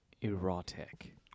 erotic